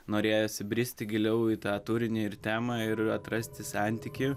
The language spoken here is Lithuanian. norėjosi bristi giliau į tą turinį ir temą ir atrasti santykį